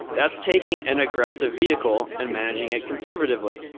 that's taking an aggressive vehicle and managing it conservatively.